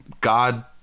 God